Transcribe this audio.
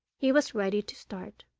he was ready to start.